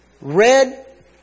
red